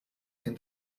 can